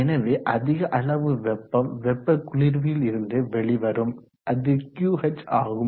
எனவே அதிக அளவு வெப்பம் வெப்ப குளிர்வியில் இருந்து வெளிவரும் அது QH ஆகும்